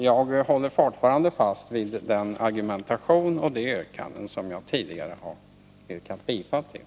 Jag håller fortfarande fast vid min argumentation och vid de yrkanden som jag tidigare har yrkat bifall till.